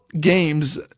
games